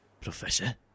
Professor